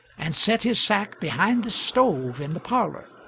and set his sack behind the stove in the parlour,